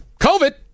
COVID